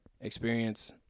experience